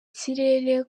kirere